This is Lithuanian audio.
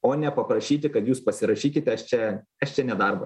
o nepaprašyti kad jūs pasirašykite aš čia aš čia ne darbo